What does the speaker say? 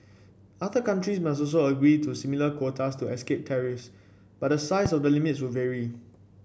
other countries must also agree to similar quotas to escape tariffs but the size of the limits would vary